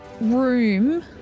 room